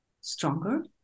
stronger